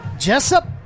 Jessup